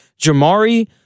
Jamari